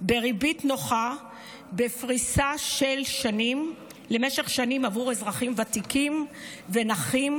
בריבית נוחה ובפריסה למשך שנים בעבור אזרחים ותיקים ונכים